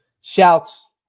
Shouts